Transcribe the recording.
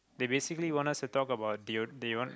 they basically want us to talk about the o~ the one